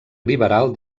liberal